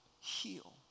heal